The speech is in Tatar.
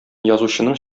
язучының